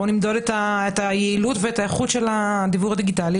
בוא נמדוד את היעילות ואת האיכות של הדיוור הדיגיטלי